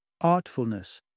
artfulness